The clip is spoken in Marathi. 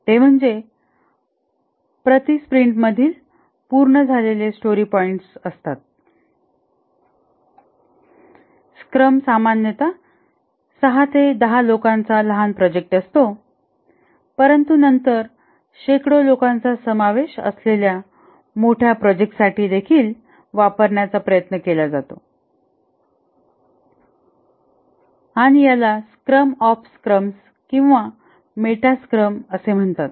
ते म्हणजे प्रति स्प्रिंट्समधीलपूर्ण झाले स्टोरी पॉईंट्स असतात स्क्रम सामान्यत 6 ते 10 लोकांचा लहान प्रोजेक्ट असतो परंतु नंतर शेकडो लोकांचा समावेश असलेल्या मोठ्या प्रोजेक्ट साठी देखील वापरण्याचा प्रयत्न केला जातो आणि याला स्क्रम ऑफ स्क्रम्स किंवा मेटा स्क्रम म्हणतात